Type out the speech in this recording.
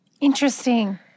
Interesting